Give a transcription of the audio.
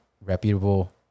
reputable